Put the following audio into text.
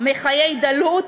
מחיי דלות,